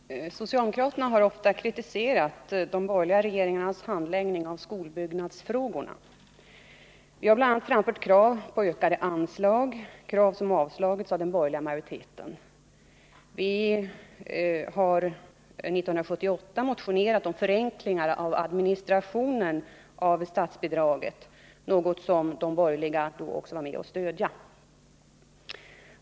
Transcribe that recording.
Fru talman! Socialdemokraterna har ofta kritiserat de borgerliga regeringarnas handläggning av skolbyggnadsfrågorna. Bl. a. har vi framfört krav på ökade anslag, krav som avslagits av den borgerliga majoriteten. Vi har 1978 motionerat om förenklingar av administrationen av statsbidragsgivningen, något som också de borgerliga varit med om att stödja.